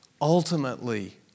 Ultimately